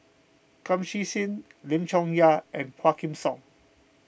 Kum Chee Kin Lim Chong Yah and Quah Kim Song